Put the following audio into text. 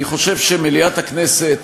אני חושב שמליאת הכנסת,